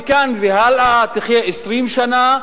מכאן והלאה תחיה 20 שנה,